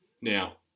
Now